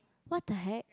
what the heck